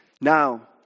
Now